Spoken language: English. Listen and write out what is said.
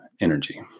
energy